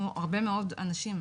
הרבה מאוד אנשים,